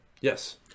Yes